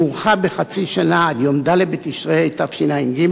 הוארכה בחצי שנה עד יום ד' בתשרי התשע"ג,